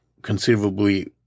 Conceivably